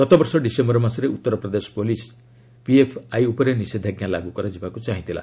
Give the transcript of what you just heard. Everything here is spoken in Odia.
ଗତବର୍ଷ ଡିସେମ୍ବର ମାସରେ ଉତ୍ତରପ୍ରଦେଶ ପୁଲିସ୍ ପିଏଫ୍ଆଇ ଉପରେ ନିଷେଧାଜ୍ଞା ଲାଗୁ କରାଯିବାକୁ ଚାହିଁଥିଲା